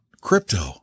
crypto